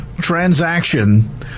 transaction